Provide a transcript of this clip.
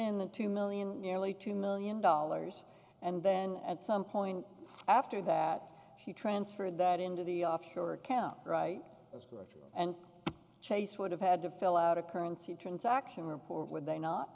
in the two million nearly two million dollars and then at some point after that she transferred that into the offshore account right that's correct and chase would have had to fill out a currency transaction report would they not